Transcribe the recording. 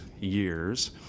years